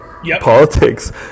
Politics